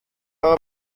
haben